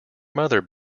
mother